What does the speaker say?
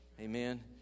Amen